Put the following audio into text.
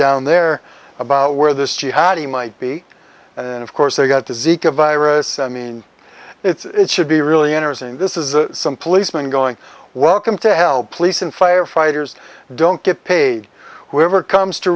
down there about where this jihadi might be and of course they got to zeek a virus i mean it's should be really interesting this is some policemen going welcome to help police and firefighters don't get paid whoever comes to